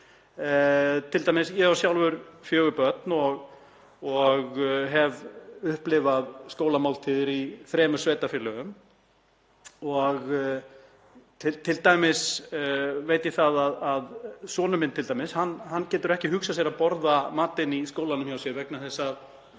Ég á sjálfur fjögur börn og hef upplifað skólamáltíðir í þremur sveitarfélögum og t.d. veit ég að sonur minn getur ekki hugsað sér að borða matinn í sínum skóla vegna þess að